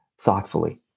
thoughtfully